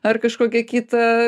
ar kažkokią kitą